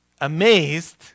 amazed